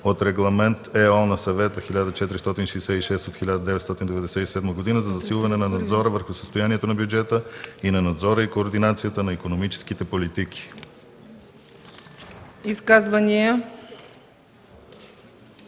от Регламент (ЕО) на Съвета 1466/1997 за засилване на надзора върху състоянието на бюджета и на надзора и координацията на икономическите политики.”